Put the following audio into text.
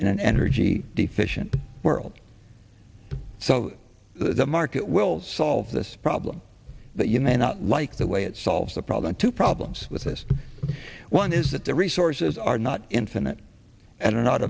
in an energy deficient world so the market will solve this problem that you may not like the way it solves the problem two problems with this one is that the resources are not infinite and are not